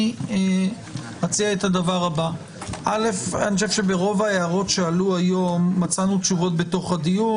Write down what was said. אני חושב שברוב ההערות שעלו כאן היום מצאנו תשובות בתוך הדיון.